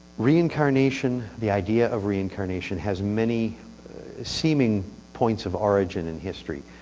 reincarnation. the idea of reincarnation has many seeming points of origin in history.